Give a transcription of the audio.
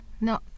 no